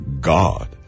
God